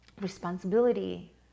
Responsibility